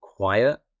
quiet